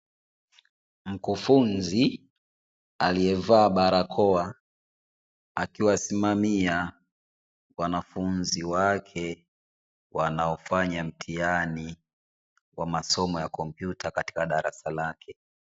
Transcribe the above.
Mkufuzi aliyevaa barakoa akiwasimamia wanafunzi wake, wanaofanya mtihani wa masomo ya kompyuta katika darasa lake.